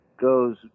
goes